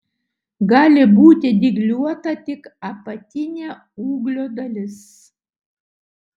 gali būti dygliuota tik apatinė ūglio dalis